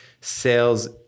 sales